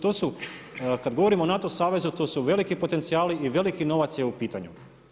To su kada govorimo o NATO savezu to su veliki potencijali i veliki novac je u pitanju.